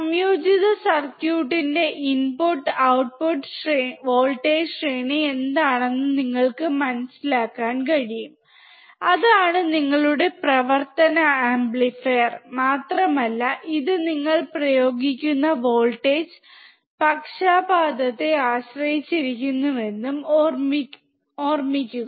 സംയോജിത സർക്യൂട്ട്ൻറെ input output voltage ശ്രേണി എന്താണെന്ന് നിങ്ങൾക്ക് മനസിലാക്കാൻ കഴിയും അതാണ് നിങ്ങളുടെ പ്രവർത്തന ആംപ്ലിഫയർ മാത്രമല്ല ഇത് നിങ്ങൾ പ്രയോഗിക്കുന്ന വോൾട്ടേജ് പക്ഷപാതത്തെ ആശ്രയിച്ചിരിക്കുന്നുവെന്നും ഓർമ്മിക്കുക